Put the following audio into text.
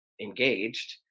engaged